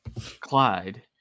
Clyde